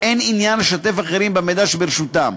אין עניין לשתף אחרים במידע שברשותו.